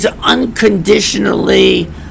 unconditionally